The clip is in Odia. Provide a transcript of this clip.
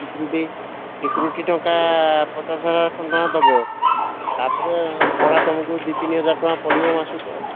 ସିକ୍ୟୁରିଟି ସିକ୍ୟୁରିଟି ଟଙ୍କା ପଚାଶ ହଜାର ଖଣ୍ଡେ ଟଙ୍କା ଦେବ ତାପରେ ଭଡ଼ା ତୁମକୁ ଦୁଇ ତିନି ହଜାର ଟଙ୍କା ପଡ଼ିବ ମାସକୁ ଆଉ